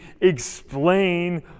explain